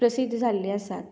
प्रसिध्द जाल्ले आसात